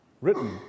written